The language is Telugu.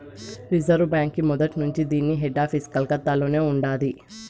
రిజర్వు బాంకీ మొదట్నుంచీ దీన్ని హెడాపీసు కలకత్తలోనే ఉండాది